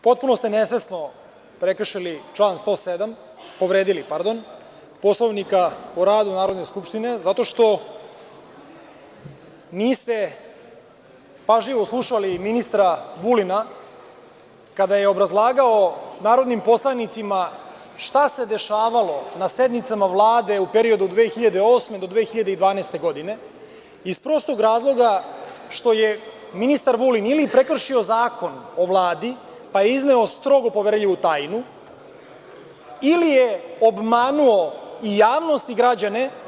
Potpuno ste nesvesno prekršili član 107, povredili, pardon, Poslovnika o radu Narodne skupštine, zato što niste pažljivo slušali ministra Vulina kada je obrazlagao narodnim poslanicima šta se dešavalo na sednicama Vlade u periodu od 2008. do 2012. godine, iz prostog razloga što je ministar Vulin ili prekršio Zakon o Vladi, pa je izneo strogo poverljivu tajnu ili je obmanuo i javnost i građane…